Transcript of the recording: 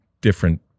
different